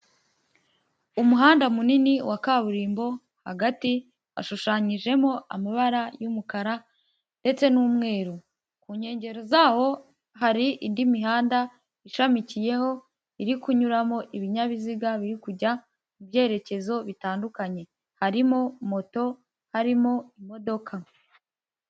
Umuhanda munini wa kaburimbo hagati hashushanyijemo amabara y'umukara ndetse n'umweru. Ku nkengero zawo hari indi mihanda ishamikiyeho iri kunyuramo ibinyabiziga biri kujya mu byerekezo bitandukanye, harimo moto, harimo imodoka.